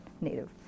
Native